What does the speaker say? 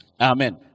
Amen